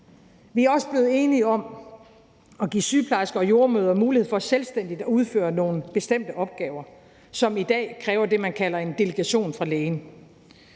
Vi er også blevet enige om at give sygeplejersker og jordemødre mulighed for selvstændigt at udføre nogle bestemte opgaver, som i dag kræver det, man kalder en delegation fra lægen.